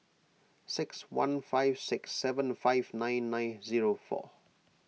six one five six seven five nine nine zero four